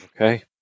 Okay